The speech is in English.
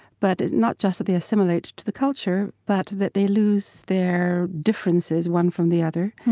but not just that they assimilate to the culture, but that they lose their differences one from the other.